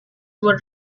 were